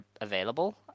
available